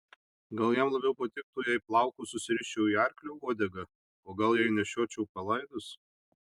gal jam labiau patiktų jei plaukus susiriščiau į arklio uodegą o gal jei nešiočiau palaidus